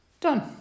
Done